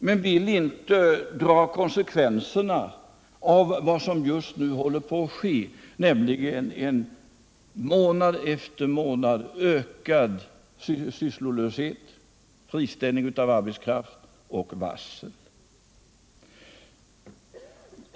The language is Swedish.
Men han vill inte dra konsekvenserna av vad som just nu håller på att ske, nämligen en ökning månad efter månad av friställning av arbetskraft och varsel.